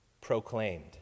proclaimed